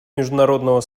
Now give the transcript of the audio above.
международного